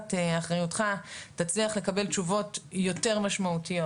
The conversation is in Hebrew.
שתחת אחריותך תצליח לקבל תשובות יותר משמעותיות